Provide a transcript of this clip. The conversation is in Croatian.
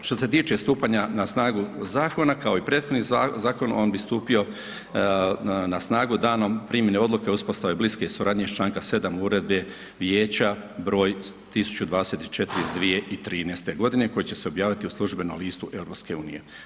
Što se tiče stupanja na snagu, kao i prethodni zakon on bi stupio na snagu danom primjene odluke o uspostavi bliske suradnje iz Članka 7. Uredbe vijeća broj 1024 iz 2013. godine koji će se objaviti u službenom listu EU.